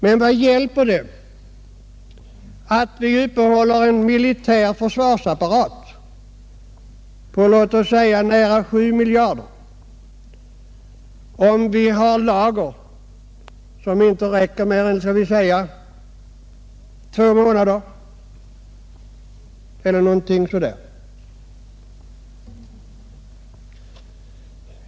Men vad hjälper det att vi upprätthåller en militär försvarsapparat för en kostnad av låt oss säga nära sju miljarder kronor, om vi har lager som inte räcker mer än två månader eller någonting sådant?